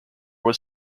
was